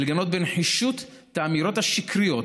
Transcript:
ולגנות בנחישות את האמירות השקריות,